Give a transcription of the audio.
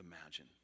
imagine